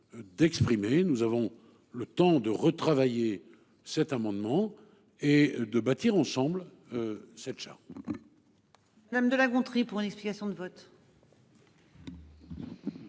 D'exprimer, nous avons le temps de retravailler. Cet amendement et de bâtir ensemble. Cette charte. Madame de La Gontrie pour l'explication de vote.